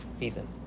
Ethan